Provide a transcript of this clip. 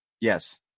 Yes